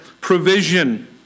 provision